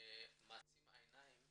עוצם עיניים